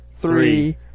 three